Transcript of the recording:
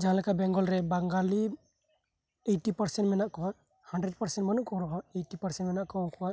ᱡᱟᱦᱟᱸ ᱞᱮᱠᱟ ᱵᱮᱝᱜᱚᱨᱮ ᱵᱟᱝᱜᱟᱞᱤ ᱮᱭᱤᱴᱤᱱ ᱯᱟᱨᱥᱮᱱᱴ ᱢᱮᱱᱟᱜ ᱠᱚᱣᱟ ᱦᱟᱱᱰᱮᱨᱮᱴ ᱯᱟᱨᱥᱮᱱᱴ ᱵᱟᱹᱱᱩᱜ ᱠᱚ ᱨᱮᱦᱚᱸ ᱮᱭᱤᱴᱤ ᱯᱟᱨᱥᱮᱱᱴ ᱢᱮᱱᱟᱜ ᱠᱚᱣᱟ